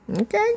Okay